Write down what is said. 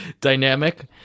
dynamic